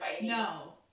No